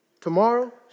Tomorrow